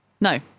No